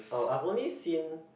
oh I've only seen